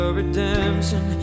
redemption